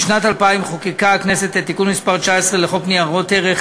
בשנת 2000 חוקקה הכנסת את תיקון מס' 19 לחוק ניירות ערך,